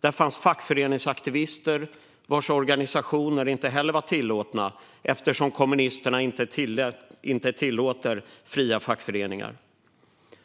Där fanns fackföreningsaktivister, vars organisationer inte heller var tillåtna, eftersom kommunisterna inte tillåter fria fackföreningar.